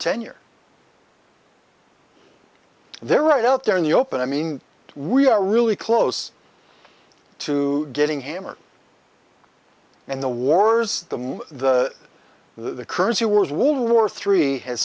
tenure there right out there in the open i mean we are really close to getting hammered and the wars the currency wars world war three has